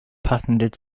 patented